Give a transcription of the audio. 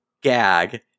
gag